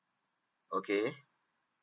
okay